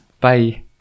Bye